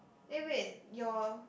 eh wait your